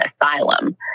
asylum